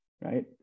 right